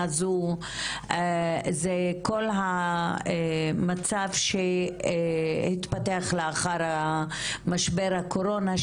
הזו הוא כל המצב שהתפתח לאחר משבר הקורונה,